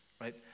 right